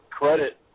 credit